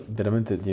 veramente